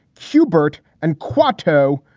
kubert and quarto.